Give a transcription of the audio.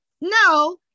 no